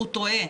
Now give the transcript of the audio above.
הוא טועה.